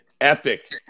Epic